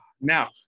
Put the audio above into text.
Now